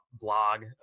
blog